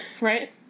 right